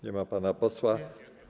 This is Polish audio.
Nie ma pana posła.